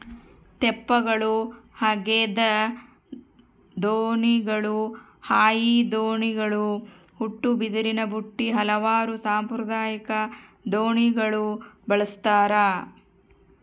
ತೆಪ್ಪಗಳು ಹಗೆದ ದೋಣಿಗಳು ಹಾಯಿ ದೋಣಿಗಳು ಉಟ್ಟುಬಿದಿರಿನಬುಟ್ಟಿ ಹಲವಾರು ಸಾಂಪ್ರದಾಯಿಕ ದೋಣಿ ಬಳಸ್ತಾರ